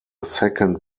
second